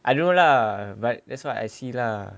I don't know lah but that's what I see lah